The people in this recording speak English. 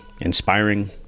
inspiring